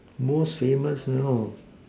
most famous you know